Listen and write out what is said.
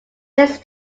least